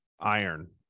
iron